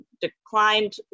declined